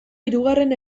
hirugarren